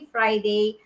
Friday